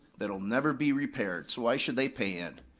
that'll never be repaired, so why should they pay in?